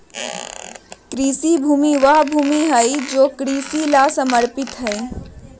कृषि भूमि वह भूमि हई जो कृषि ला समर्पित हई